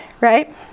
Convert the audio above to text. right